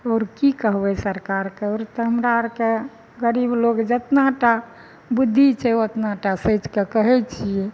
आओर कि कहबै सरकारके आर तऽ हमरा आरके गरीब लोग जेतना टा बुद्धि छै ओतना टा सोचि कऽ कहै छियै